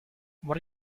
what